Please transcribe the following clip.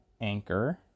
Anchor